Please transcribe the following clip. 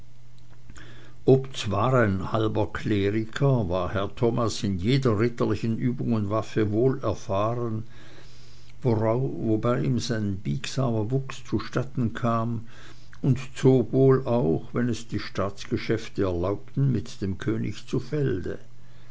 obzwar ein halber kleriker war herr thomas in jeder ritterlichen übung und waffe wohlerfahren wobei ihm sein biegsamer wuchs zustatten kam und zog wohl auch wenn es die staatsgeschäfte erlaubten mit dem könig zu felde